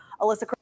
Alyssa